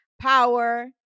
Power